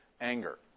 anger